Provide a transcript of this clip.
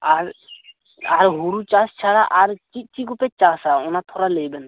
ᱟᱨ ᱦᱳᱲᱳ ᱪᱟᱥ ᱪᱷᱟᱲᱟ ᱟᱨ ᱪᱮᱫ ᱪᱮᱫ ᱠᱚᱯᱮ ᱪᱟᱥᱼᱟ ᱚᱱᱟ ᱛᱷᱚᱲᱟ ᱞᱟᱹᱭ ᱵᱮᱱ